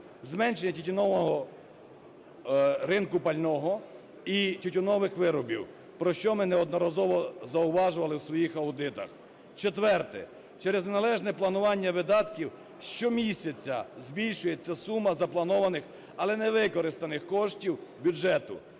зменшення тютюнового ринку пального і тютюнових виробів, про що ми неодноразово зауважували в своїх аудитах. Четверте. Через неналежне планування видатків щомісяця збільшується сума запланованих, але невикористаних коштів бюджету.